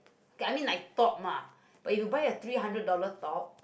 okay I mean like top ah but if you buy a three hundred dollars top